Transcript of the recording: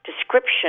description